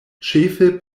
ĉefe